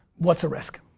what's a risk?